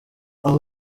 aho